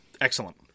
Excellent